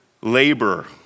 labor